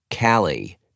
Callie